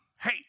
hey